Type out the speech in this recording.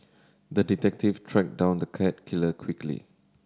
the detective tracked down the cat killer quickly